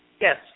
Yes